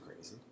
crazy